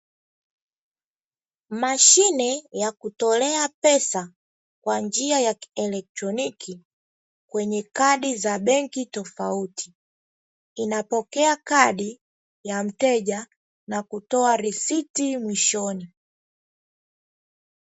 Mashine ya kutolea pesa kwa njia ya kielektroniki kwenye kadi za benki tofauti inapokea kadi ya mteja na kutoa risiti mwishoni.